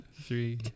Three